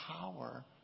power